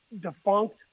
defunct